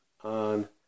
on